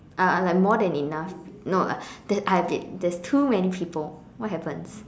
uh uh like more than enough no uh there I mean there's too many people what happens